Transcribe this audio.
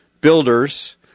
builders